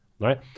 right